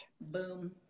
Boom